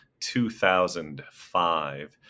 2005